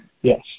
Yes